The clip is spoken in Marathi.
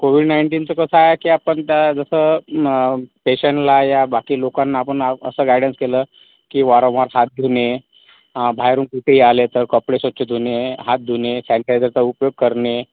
कोविड ईंटीनचं कसं आहे की आपण त्या जसं पेशनला या बाकी लोकांना आपण असं गायडन्स केलं की वारंवार हात धुणे बाहेरून कुठेही आले तर कपडे स्वच्छ धुणे हात धुणे सॅन्टाइजरचा उपयोग करणे